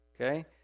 okay